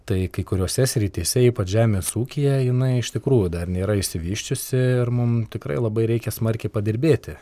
tai kai kuriose srityse ypač žemės ūkyje jinai iš tikrųjų dar nėra išsivysčiusi ir mum tikrai labai reikia smarkiai padirbėti